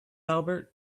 albert